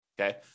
Okay